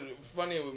funny